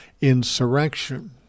insurrection